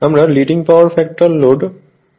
আমরা leading power factor load নিয়ে এখানে আলোচনা করব